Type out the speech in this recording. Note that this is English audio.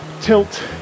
tilt